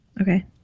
okay